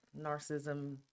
narcissism